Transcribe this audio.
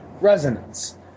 Resonance